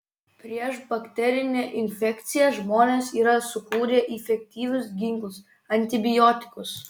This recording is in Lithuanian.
prieš bakterinę infekciją žmonės yra sukūrę efektyvius ginklus antibiotikus